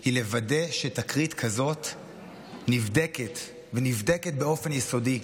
היא לוודא שתקרית כזאת נבדקת, ונבדקת באופן יסודי.